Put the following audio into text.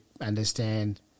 understand